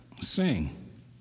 Sing